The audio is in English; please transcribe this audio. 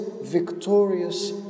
victorious